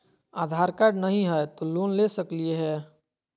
आधार card नही हय, तो लोन ले सकलिये है?